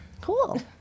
Cool